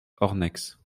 ornex